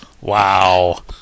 Wow